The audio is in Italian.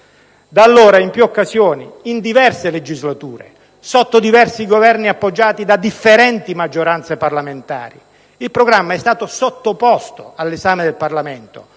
Da allora in più occasioni, in diverse legislature e sotto diversi Governi, appoggiati da differenti maggioranze parlamentari, il programma è stato sottoposto all'esame del Parlamento